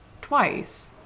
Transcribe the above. twice